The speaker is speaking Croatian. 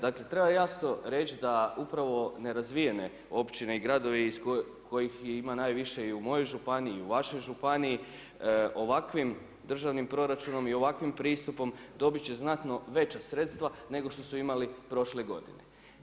Dakle, treba jasno reći, da upravo nerazvijene opčine i gradovi, kojih ima i najviše i u mojoj županiji i u vašoj županiji, ovakvim državnim proračunom i ovakvim pristupom, dobiti će znatno veća sredstva, nego što su imali prošle godine.